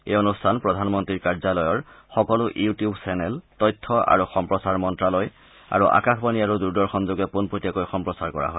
এই অনুষ্ঠান প্ৰধানমন্ত্ৰীৰ কাৰ্যালয়ৰ সকলোবোৰ ইউ টিউব চেনেল তথ্য আৰু সম্প্ৰচাৰ মন্তালয় আৰু আকাশবাণী আৰু দূৰদৰ্শনযোগে পোনপটীয়াকৈ সম্প্ৰচাৰ কৰা হয়